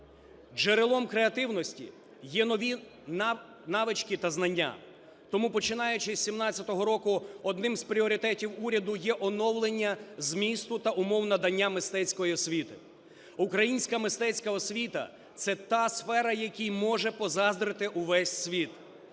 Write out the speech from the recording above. Джерелом креативності є нові навички та знання. Тому, починаючи з 17-го року, одним з пріоритетів уряду є оновлення змісту та умов надання мистецької освіти. Українська мистецька освіта – це та сфера, якій може позаздрити увесь світ.